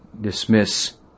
Dismiss